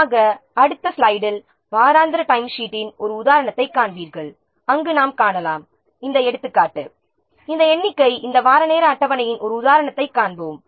ஆக அடுத்த ஸ்லைடில் வாராந்திர டைம்ஷீட்டின் ஒரு உதாரணத்தைக் காண்பீர்கள் அங்கு நாம் காணலாம் இந்த எடுத்துக்காட்டு இந்த எண்ணிக்கை இந்த வார நேர அட்டவணையின் ஒரு உதாரணத்தைக் காண்போம்